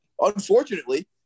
Unfortunately